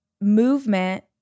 movement